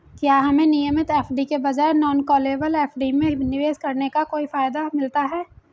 क्या हमें नियमित एफ.डी के बजाय नॉन कॉलेबल एफ.डी में निवेश करने का कोई फायदा मिलता है?